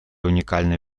уникальный